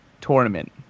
tournament